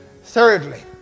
Thirdly